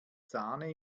sahne